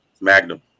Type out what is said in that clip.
magnum